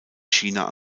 china